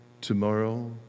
tomorrow